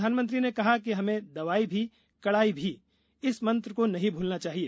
प्रधानमंत्री ने कहा कि हमें दवाई भी कड़ाई भी का मंत्र नहीं भूलना चाहिए